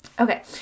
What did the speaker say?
Okay